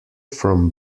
from